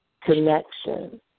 connection